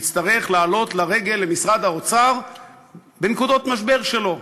יצטרך לעלות לרגל למשרד האוצר בנקודות משבר שלו.